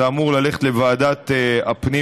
זה אמור ללכת לוועדת הפנים